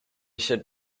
showed